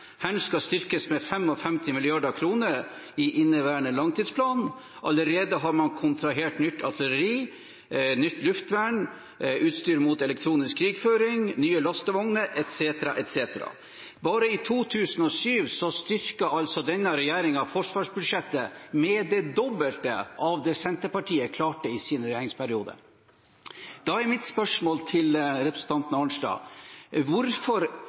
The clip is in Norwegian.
Hæren skal styrkes med 55 mrd. kr i inneværende langtidsplan. Allerede har man kontrahert nytt artilleri, nytt luftvern, utstyr mot elektronisk krigføring, nye lastevogner etc. Bare i 2017 styrket denne regjeringen forsvarsbudsjettet med det dobbelte av det Senterpartiet klarte i sin regjeringsperiode. Da er mitt spørsmål til representanten Arnstad: Hvorfor